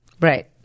Right